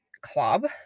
Club